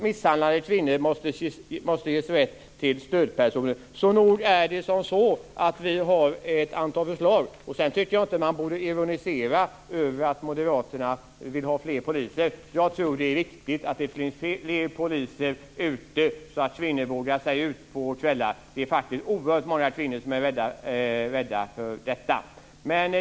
Misshandlade kvinnor måste ges rätt till stödpersoner. Nog har vi ett antal förslag. Sedan tycker jag inte att man bör ironisera över att Moderaterna vill ha fler poliser. Jag tror att det är viktigt att det finns fler poliser ute, så att kvinnor vågar sig ut på kvällarna. Det är faktiskt oerhört många kvinnor som är rädda för detta.